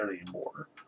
anymore